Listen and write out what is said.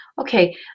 okay